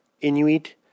Inuit